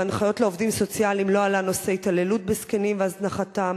בהנחיות לעובדים הסוציאליים לא עלה נושא ההתעללות בזקנים והזנחתם,